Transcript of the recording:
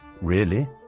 Really